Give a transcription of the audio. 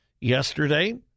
Yesterday